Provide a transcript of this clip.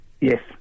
Yes